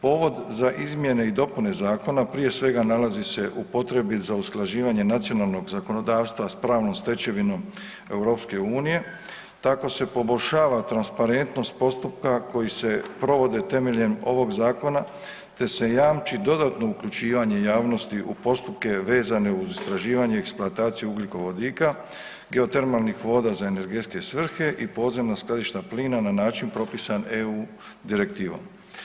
Povod za izmjene i dopune zakona prije svega nalazi se u potrebi za usklađivanjem nacionalnog zakonodavstva sa pravnom stečevinom EU-a, tako se poboljšava transparentnost postupka koji se provode temeljem ovog zakona te se jamči dodatno uključivanje javnosti u postupke vezane uz istraživanje i eksploataciju ugljikovodika, geotermalnih voda za energetske svrhe i podzemna skladišta plina na način propisan EU direktivom.